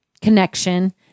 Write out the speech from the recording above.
connection